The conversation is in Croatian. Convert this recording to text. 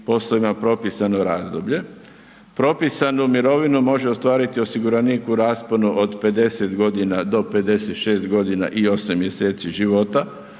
poslovima propisano razdoblje. Propisanu mirovinu može ostvariti osiguranik u rasponu od 50 godina do 56 godina i 8 mjeseci života